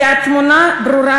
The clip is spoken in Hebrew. כי התמונה ברורה,